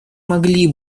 могли